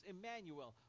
Emmanuel